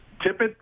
Tippett